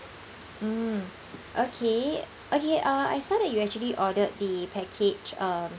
mm okay okay uh I saw that you actually ordered the package uh